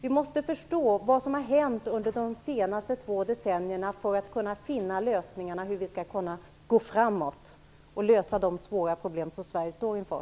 Vi måste förstå vad som har hänt under de två senaste decennierna för att kunna finna lösningarna på hur vi skall komma framåt och lösa de svåra problem som Sverige står inför.